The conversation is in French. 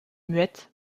muette